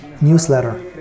newsletter